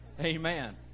Amen